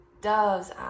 doves